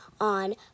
on